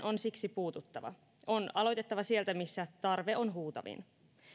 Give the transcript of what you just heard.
siksi puututtava on aloitettava sieltä missä tarve on huutavin